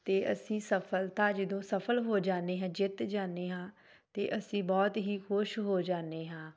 ਅਤੇ ਅਸੀਂ ਸਫਲਤਾ ਜਦੋਂ ਸਫਲ ਹੋ ਜਾਦੇ ਹਾਂ ਜਿੱਤ ਜਾਂਦੇ ਹਾਂ ਅਤੇ ਅਸੀਂ ਬਹੁਤ ਹੀ ਖੁਸ਼ ਹੋ ਜਾਂਦੇ ਹਾਂ